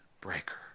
breaker